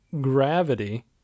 gravity